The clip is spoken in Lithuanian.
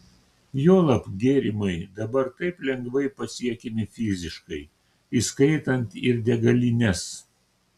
juolab gėrimai dabar taip lengvai pasiekiami fiziškai įskaitant ir degalines